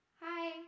Hi